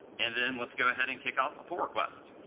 and then let's go ahead and kick off a pull request.